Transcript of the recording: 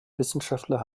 wissenschaftler